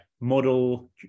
model